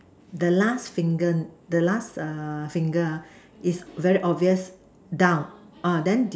the last finger the last err finger ah is very obvious down orh then the